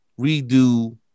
redo